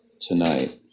tonight